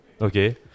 Okay